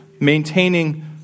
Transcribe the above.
maintaining